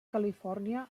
califòrnia